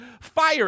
fire